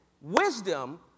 wisdom